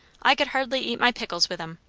i could hardly eat my pickles with em.